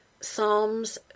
Psalms